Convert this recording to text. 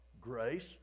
Grace